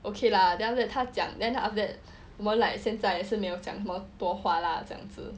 okay lah then after that 他讲 then after that 我们 like 现在是没有讲那么多话 lah 这样子